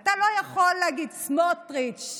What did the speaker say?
אתה לא יכול להגיד, סמוֹטריץ'